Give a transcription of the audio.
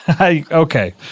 Okay